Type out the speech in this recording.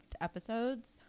episodes